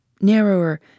narrower